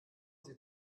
sie